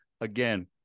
again